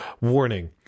warning